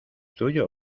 tuyo